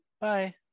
bye